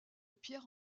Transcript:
pierre